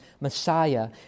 Messiah